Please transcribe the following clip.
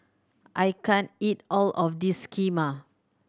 I can't eat all of this Kheema